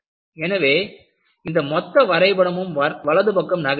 எனவே இந்த மொத்த வரைபடமும் வலது பக்கம் நகர்கிறது